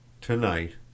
TONIGHT